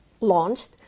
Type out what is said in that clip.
launched